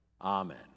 amen